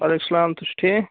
وعلیکم سلام تُہۍ چھُو ٹھیٖک